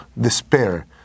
despair